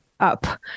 Up